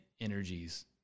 energies